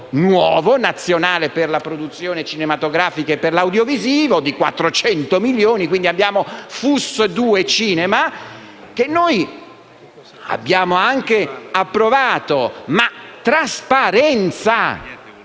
nuovo nazionale per la produzione cinematografica e per l'audiovisivo, di 400 milioni. Quindi abbiamo il "FUS 2 cinema", che noi abbiamo anche approvato; ma è necessaria